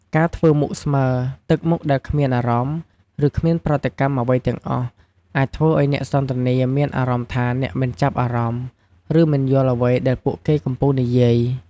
ការធ្វើមុខស្មើ ទឹកមុខដែលគ្មានអារម្មណ៍ ឬគ្មានប្រតិកម្មអ្វីទាំងអស់ អាចធ្វើឲ្យអ្នកសន្ទនាមានអារម្មណ៍ថាអ្នកមិនចាប់អារម្មណ៍ ឬមិនយល់អ្វីដែលពួកគេកំពុងនិយាយ។